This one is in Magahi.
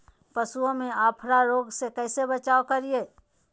पशुओं में अफारा रोग से कैसे बचाव करिये?